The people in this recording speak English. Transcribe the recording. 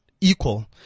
equal